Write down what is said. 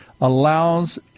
allows